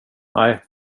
nej